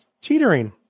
teetering